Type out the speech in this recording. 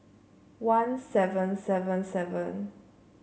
one seven seven seven